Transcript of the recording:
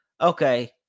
okay